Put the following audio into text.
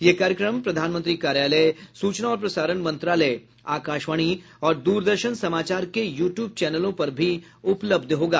यह कार्यक्रम प्रधानमंत्री कार्यालय सूचना और प्रसारण मंत्रालय आकाशवाणी और द्रदर्शन समाचार के यू ट्यूब चैनलों पर भी उपलब्ध होगा